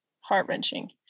heart-wrenching